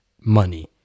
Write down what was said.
money